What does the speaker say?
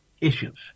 issues